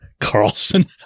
Carlson